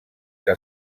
que